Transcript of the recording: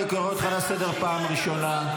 אני קורא אותך לסדר פעם ראשונה.